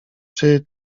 czy